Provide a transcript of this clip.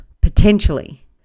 potentially